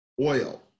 oil